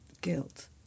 guilt